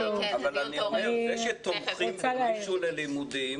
זה שתומכים במישהו ללימודים